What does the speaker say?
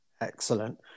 Excellent